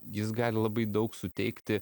jis gali labai daug suteikti